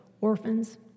orphans